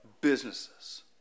businesses